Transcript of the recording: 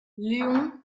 léon